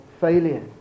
failure